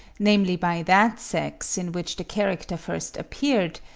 namely by that sex in which the character first appeared,